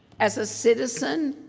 as a citizen,